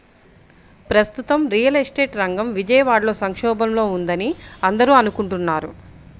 ప్రస్తుతం real estate రంగం విజయవాడలో సంక్షోభంలో ఉందని అందరూ అనుకుంటున్నారు